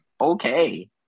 okay